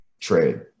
trade